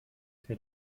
der